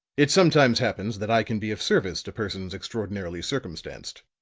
it sometimes happens that i can be of service to persons extraordinarily circumstanced.